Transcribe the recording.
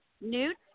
Newt